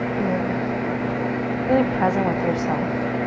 you're really present with yourself.